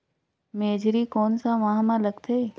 मेझरी कोन सा माह मां लगथे